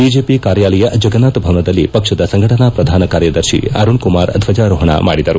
BJP ಕಾರ್ಯಾಲಯ ಜಗನ್ನಾಥ ಭವನದಲ್ಲಿ ಪಕ್ಷದ ಸಂಘಟನಾ ಪ್ರಧಾನ ಕಾರ್ಯದರ್ತಿ ಅರುಣ್ ಕುಮಾರ್ ಧ್ವಜಾರೋಹಣ ಮಾಡಿದರು